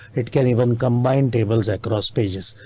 it can even combine tables across pages.